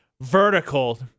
vertical